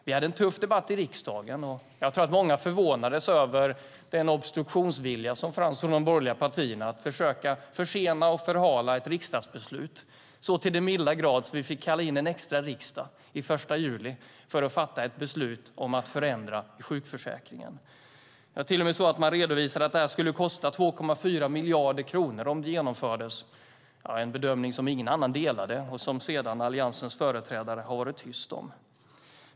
Vi hade en tuff debatt i riksdagen och jag tror att många förvånades över den obstruktionsvilja som fanns från de borgerliga partiernas sida att försöka försena och förhala ett riksdagsbeslut så till den milda grad att vi fick kalla in en extra riksdag den 1 juli för att fatta beslut om att förändra sjukförsäkringen. Det var till och med så att man redovisade att det här skulle kosta 2,4 miljarder kronor om det genomfördes, en bedömning som ingen annan delade och som Alliansens företrädare sedan har varit tysta om.